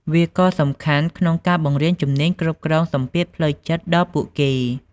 វាក៏សំខាន់ក្នុងការបង្រៀនជំនាញគ្រប់គ្រងសម្ពាធផ្លូវចិត្តដល់ពួកគេ។